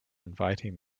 inviting